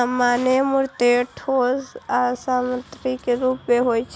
सामान मूर्त, ठोस आ संपत्तिक रूप मे होइ छै